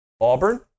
Auburn